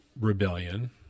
rebellion